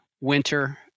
winter